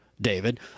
David